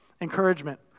Encouragement